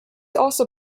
also